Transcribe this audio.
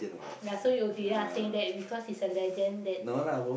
ya so you agree ah saying that because he's a legend that